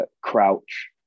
Crouch